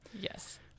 yes